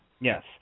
Yes